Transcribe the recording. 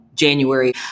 January